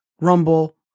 Rumble